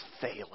failing